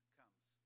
comes